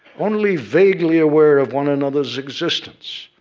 only vaguely aware of one another's existence.